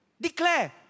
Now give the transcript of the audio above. declare